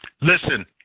Listen